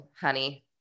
honey